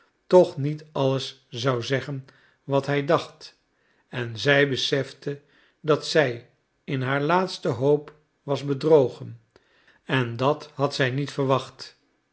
toch niet alles zou zeggen wat hij dacht en zij besefte dat zij in haar laatste hoop was bedrogen en dat had zij niet verwacht